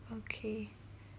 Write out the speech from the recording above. okay